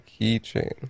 keychain